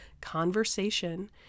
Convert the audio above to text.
conversation